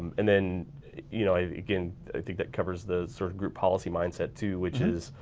and then you know again i think that covers the sort of group policy mindset too which is.